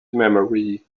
memory